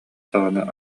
саҕана